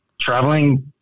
traveling